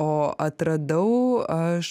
o atradau aš